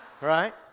Right